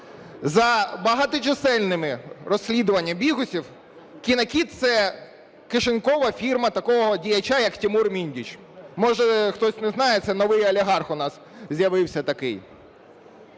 За багаточисельними розслідуваннями Бігусів "Кінокіт" – це кишенькова фірма такого діяча, як Тимур Міндіч. Може, хтось не знає, це новий олігарх у нас з'явився такий.